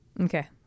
Okay